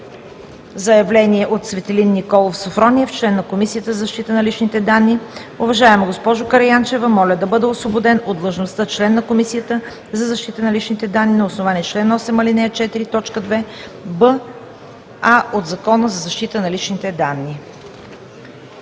„ЗАЯВЛЕНИЕ от Цветелин Николов Софрониев – член на Комисията за защита на личните данни Уважаема госпожо Караянчева, Моля да бъда освободен от длъжността „член“ на Комисията за защита на личните данни на основание чл. 8, ал. 4, т. 2, буква „а“ от Закона за защита на личните данни.“